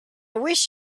wish